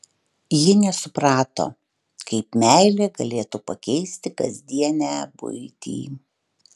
ji nesuprato kaip meilė galėtų pakeisti kasdienę buitį